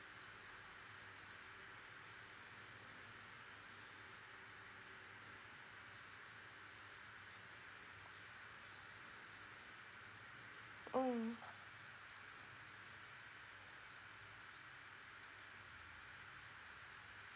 mm